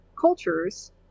cultures